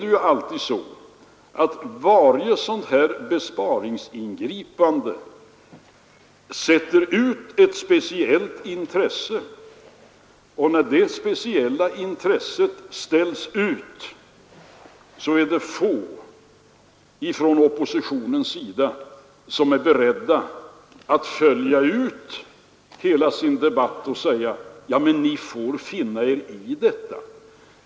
Det är vidare alltid så att varje besparingsingripande drabbar speciella intressen. När dessa speciella intressen blir träffade, är det få inom oppositionen som är beredda att fullfölja sitt resonemang genom att säga: Ni får finna er i detta.